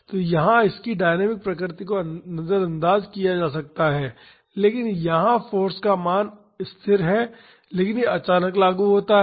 तो यहाँ इसके डायनामिक प्रकृति को नजरअंदाज किया जा सकता है लेकिन यहां फाॅर्स का मान स्थिर है लेकिन यह अचानक लागू होता है